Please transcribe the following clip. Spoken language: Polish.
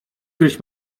gryźć